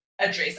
address